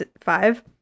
five